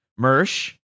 Mersh